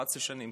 11 שנים,